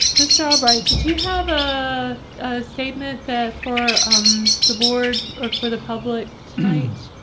mr. o'brian, did you have a statement that for um the board or for the public needs,